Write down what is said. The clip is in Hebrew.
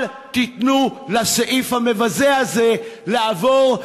אל תיתנו לסעיף המבזה הזה לעבור,